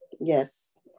yes